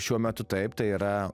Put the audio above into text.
šiuo metu taip tai yra